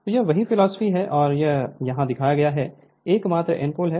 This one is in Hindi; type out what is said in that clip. तो यह वही फिलॉसफी है और यह यहां दिखाया गया एकमात्र N पोल है